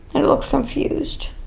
it looked confused.